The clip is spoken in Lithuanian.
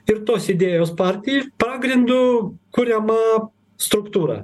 ir tos idėjos partijai pagrindu kuriama struktūra